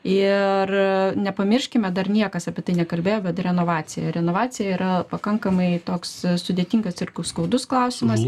ir nepamirškime dar niekas apie tai nekalbėjo bet renovacija renovacija yra pakankamai toks sudėtingas ir skaudus klausimas